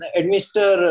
administer